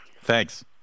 Thanks